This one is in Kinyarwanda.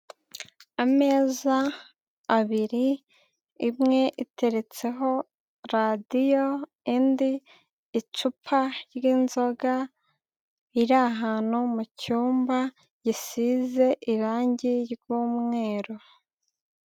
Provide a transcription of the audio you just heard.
Ameza abiri imwe iteretseho radiyo, indi icupa ry'inzoga, biri ahantu mu cyumba gisize irangi ry'umweru.